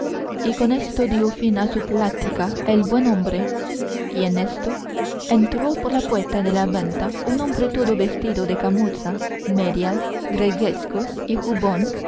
y con esto dio fin a su plática el buen hombre y en esto entró por la puerta de la venta un hombre todo vestido de camuza medias greguescos y jubón y con